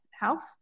health